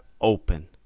open